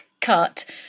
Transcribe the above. cut